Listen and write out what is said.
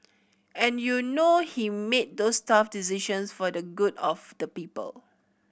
and you know he made those tough decisions for the good of the people